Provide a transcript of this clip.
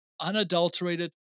unadulterated